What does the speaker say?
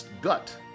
gut